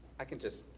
i can just,